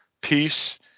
peace